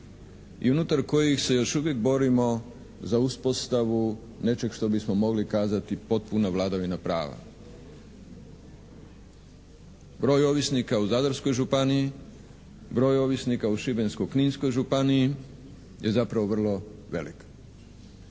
i unutar kojih se još uvijek borimo za uspostavu nečeg što bismo mogli kazati potpuna vladavina prava. Broj ovisnika u Zadarskoj županiji, broj ovisnika u Šibensko-kninskoj županiji je zapravo vrlo velik.